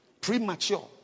Premature